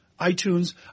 iTunes